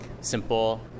simple